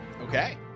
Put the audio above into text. Okay